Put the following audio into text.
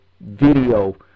video